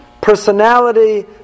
personality